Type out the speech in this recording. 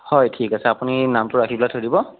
হয় ঠিক আছে আপুনি নামটো ৰাখি পেলাই থৈ দিব